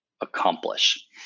accomplish